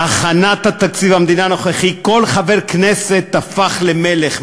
בהכנת תקציב המדינה הנוכחי כל חבר כנסת הפך למלך.